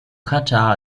qatar